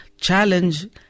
challenge